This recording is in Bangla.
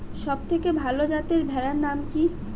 সবথেকে ভালো যাতে ভেড়ার নাম কি?